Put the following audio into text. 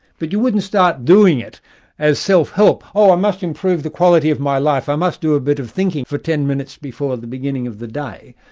but you wouldn't start doing it as self-help oh, i must improve the quality of my life i must do a bit of thinking for ten minutes before the beginning of the day.